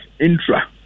intra